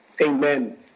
Amen